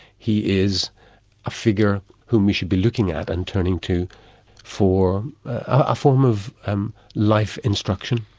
he is a figure who we should be looking at and turning to for a form of um life instruction.